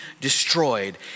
destroyed